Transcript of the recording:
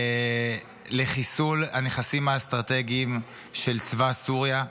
לחיסול הנכסים האסטרטגיים של צבא סוריה.